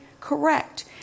Correct